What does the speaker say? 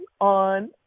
On